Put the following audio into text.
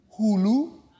Hulu